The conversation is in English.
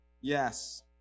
yes